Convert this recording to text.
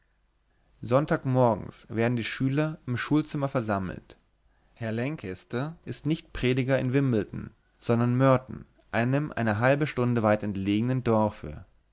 sonntagmorgens werden die schüler im schulzimmer versammelt herr lancaster ist nicht prediger in wimbledon sondern merton einem eine halbe stunde weit entlegenen dorfe